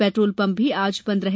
petrol pump भी आज बंद रहे